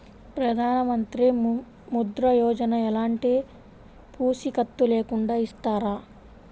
ప్రధానమంత్రి ముద్ర యోజన ఎలాంటి పూసికత్తు లేకుండా ఇస్తారా?